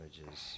Images